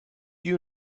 you